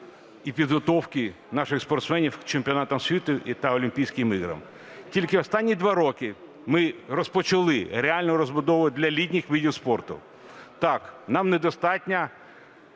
і підготовки наших спортсменів до чемпіонатів світу та Олімпійських ігор. Тільки останні два роки ми розпочали реальну розбудову для літніх видів спорту. Так, нам недостатньо